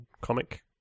comic